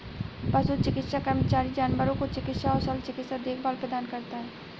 पशु चिकित्सा कर्मचारी जानवरों को चिकित्सा और शल्य चिकित्सा देखभाल प्रदान करता है